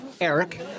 Eric